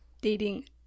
dating